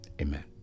amen